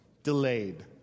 Delayed